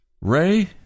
Ray